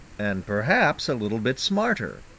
and perhaps a little bit smarter.